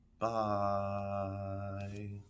Bye